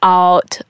out